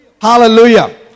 Hallelujah